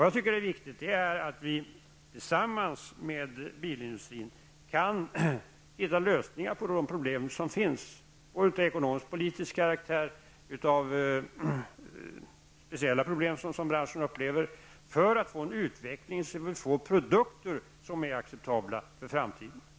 Jag tycker att det är viktigt att vi tillsammans med bilindustrin kan hitta lösningar på de problem som finns -- det gäller såväl lösningar av ekonomiskpolitisk karaktär som lösningar på de speciella problem som branschen upplever -- för att få en utveckling så att produkterna blir acceptabla för framtiden.